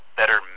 better